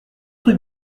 rue